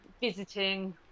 visiting